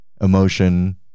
emotion